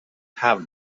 have